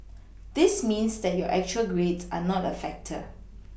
this means that your actual grades are not a factor